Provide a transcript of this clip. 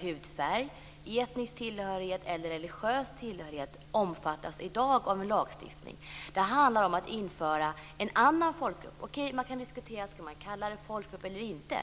hudfärg, etnisk tillhörighet eller religiös tillhörighet omfattas i dag av en lagstiftning. Det handlar om att införa en annan folkgrupp. Man kan diskutera om man skall kalla det för folkgrupp eller inte.